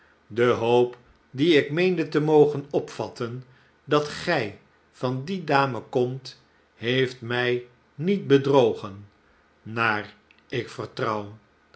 de hoop die ik meende te mogen opvatten dat gij van die dame komt heeft mij niet bedrogen naar ik vertrouw